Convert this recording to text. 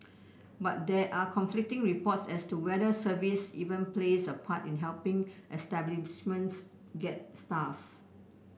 but there are conflicting reports as to whether service even plays a part in helping establishments get stars